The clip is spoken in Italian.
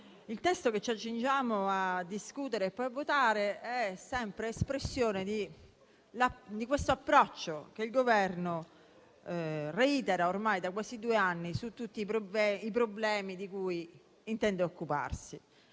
il testo che ci accingiamo a discutere e poi a votare è sempre espressione di questo approccio che il Governo reitera ormai da quasi due anni su tutti i problemi di cui intende occuparsi.